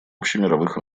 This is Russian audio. общемировых